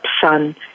son